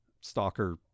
stalker